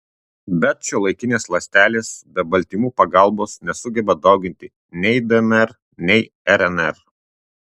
bet šiuolaikinės ląstelės be baltymų pagalbos nesugeba dauginti nei dnr nei rnr